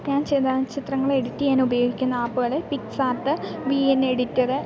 ഞാൻ ചെയ്ത ചിത്രങ്ങളെ എഡിറ്റ് ചെയ്യാനുപയോഗിക്കുന്ന ആപ്പുകൾ പിക്സ്ആർട്ട് വി എൻ എഡിറ്റർ